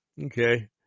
Okay